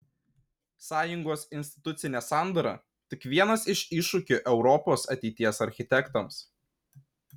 sąjungos institucinė sandara tik vienas iš iššūkių europos ateities architektams